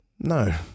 No